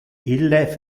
ille